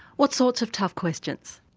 what sorts of tough questions?